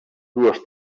dues